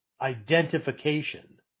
identification